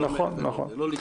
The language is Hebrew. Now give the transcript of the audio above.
לא מעבר לזה.